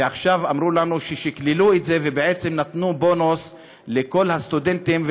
ועכשיו אמרו לנו ששקללו את זה ובעצם נתנו בונוס לכל הסטודנטים,